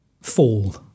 fall